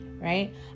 Right